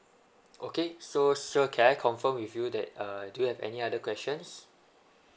okay so sir can I confirm with you that uh do you have any other questions